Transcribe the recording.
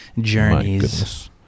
journeys